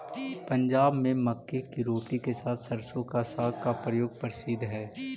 पंजाब में मक्के की रोटी के साथ सरसों का साग का प्रयोग प्रसिद्ध हई